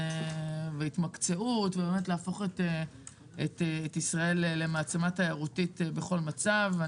והתמקצעות שהמטרה היא להפוך את ישראל למעצמה תיירותית בכל מצב.